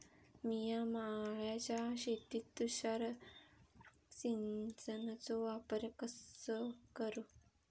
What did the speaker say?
मिया माळ्याच्या शेतीत तुषार सिंचनचो वापर कसो करू?